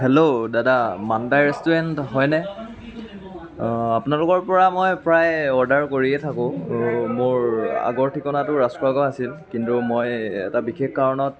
hello দাদা মাণ্টা restaurant হয়নে আপোনালোকৰ পৰা মই প্ৰায় অৰ্ডাৰ কৰিয়ে থাকোঁ আৰু মোৰ আগৰ ঠিকনাটো ৰাজখোৱা গাঁও আছিল কিন্তু মই এটা বিশেষ কাৰণত